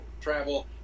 travel